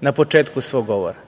na početku svog govora